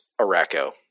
Araco